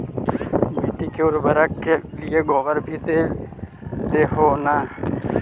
मिट्टी के उर्बरक के लिये गोबर भी दे हो न?